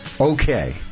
okay